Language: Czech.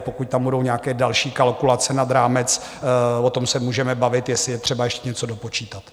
Pokud tam budou nějaké další kalkulace nad rámec, o tom se můžeme bavit, jestli je třeba ještě něco dopočítat.